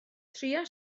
trïa